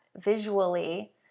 visually